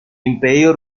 imperio